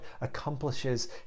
accomplishes